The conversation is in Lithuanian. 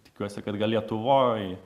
tikiuosi kad gal lietuvoj